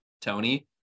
Tony